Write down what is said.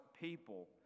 people